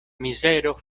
mizero